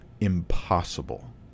impossible